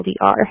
LDR